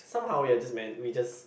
somehow we are just man we just